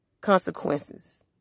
Consequences